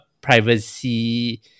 privacy